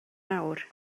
awr